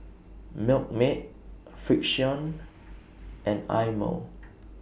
Milkmaid Frixion and Eye Mo